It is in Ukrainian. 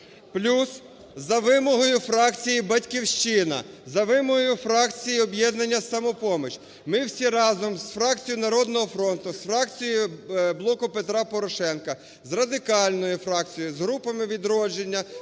Плюс, за вимогою фракції "Батьківщина", за вимогою фракції "Об'єднання "Самопоміч", ми всі разом з фракцією "Народного фронту", з фракцією "Блок Петра Порошенка", з Радикальною фракцією, з групами "Відродження",